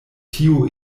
tiu